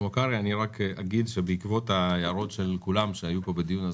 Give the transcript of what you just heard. אני רק אומר שבעקבות ההערות של כולם שהיו כאן בדיון,